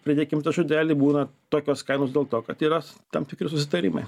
pridėkim tą žodelį būna tokios kainos dėl to kad yra tam tikri susitarimai